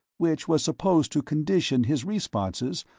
which was supposed to condition his responses,